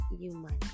human